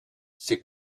ces